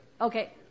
Okay